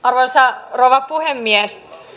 arvoisa rouva puhemies